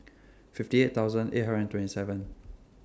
fifty eight thousand eight hundred and twenty seven